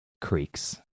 Creeks